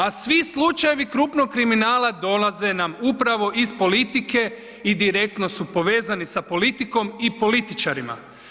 A svi slučajevi krupnog kriminala dolaze nam upravo iz politike i direktno su povezani sa politikom i političarima.